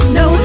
no